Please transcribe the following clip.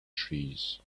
trees